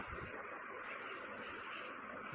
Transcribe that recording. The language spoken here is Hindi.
विद्यार्थी डाटा भी 5 गुना ज्यादा है